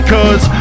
Cause